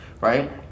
right